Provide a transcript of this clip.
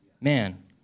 man